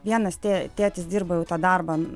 vienas tė tėtis dirba jau tą darbą